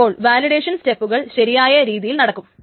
അപ്പോൾ വാലിഡേഷൻ സ്റ്റെപ്പുകൾ ശരിയായ രീതിയിൽ നടക്കും